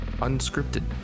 Unscripted